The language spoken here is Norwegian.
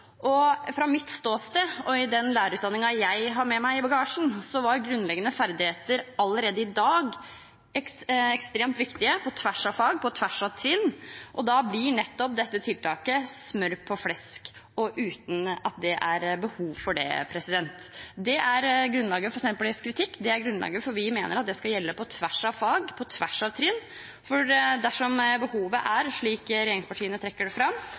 utfordringer. Fra mitt ståsted og i den lærerutdanningen jeg har med meg i bagasjen, er grunnleggende ferdigheter allerede i dag ekstremt viktig, på tvers av fag og trinn. Da blir dette tiltaket «smør på flesk», og det er ikke behov for det. Det er grunnlaget for kritikken fra Senterpartiet, og det er grunnen til at vi mener at det skal gjelde på tvers av fag og trinn. Dersom behovet er slik som regjeringspartiene sier, bør det